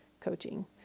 coaching